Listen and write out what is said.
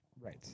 Right